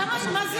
כמה זמן?